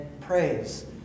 praise